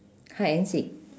hide and seek